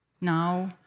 now